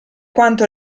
quanto